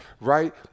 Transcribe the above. right